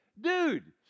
Dude